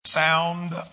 sound